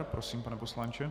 Prosím, pane poslanče.